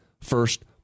first